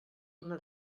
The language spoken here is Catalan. una